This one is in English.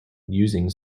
using